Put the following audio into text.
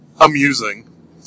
amusing